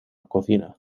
cocina